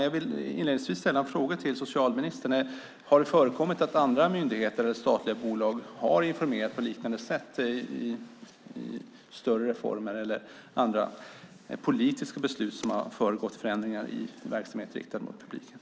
Jag vill i detta mitt första inlägg fråga socialministern om det förekommit att andra myndigheter eller statliga bolag har informerat på ett liknande sätt när det gällt större reformer eller politiska beslut som har inneburit förändringar i verksamheter riktade mot allmänheten.